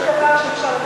שום דבר שאפשר,